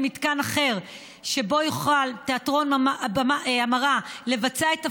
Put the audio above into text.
למתקן אחר שבו יוכל תיאטרון מראה לבצע את תפקידו,